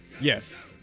Yes